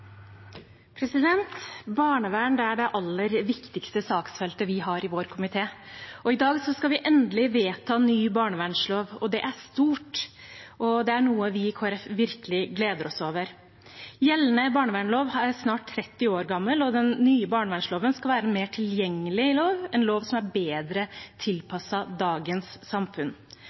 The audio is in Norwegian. Barnevern er det aller viktigste saksfeltet vi har i vår komité. I dag skal vi endelig vedta ny barnevernslov, og det er stort. Det er noe vi i Kristelig Folkeparti virkelig gleder oss over. Gjeldende barnevernslov er snart 30 år gammel, og den nye barnevernsloven skal være en mer tilgjengelig lov, en lov som er bedre tilpasset dagens samfunn.